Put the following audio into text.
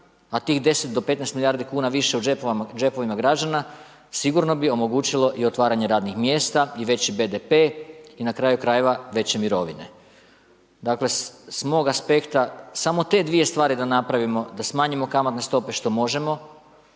a tih 10 do 15 milijardi kuna više u džepovima građana, sigurno bi omogućilo i otvaranje radnih mjesta i veći BDP i na kraju krajeva, veće mirovine. Dakle, s mog aspekta s te dvije stvari da napravimo, da smanjimo kamatne stope što možemo